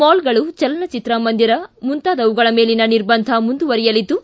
ಮಾಲ್ಗಳು ಚಲನಚಿತ್ರ ಮಂದಿರ ಮುಂತಾದವುಗಳ ಮೇಲಿನ ನಿರ್ಬಂಧ ಮುಂದುವರೆಯಲಿದ್ದು